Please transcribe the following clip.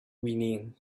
whinnying